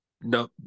No